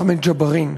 אחמד ג'בארין,